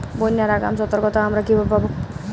বন্যার আগাম সতর্কতা আমরা কিভাবে পাবো?